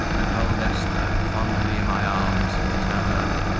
i hold esther fondly in my arms and tell her that